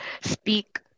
speak